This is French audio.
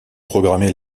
programmé